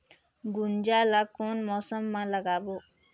गुनजा ला कोन मौसम मा लगाबो?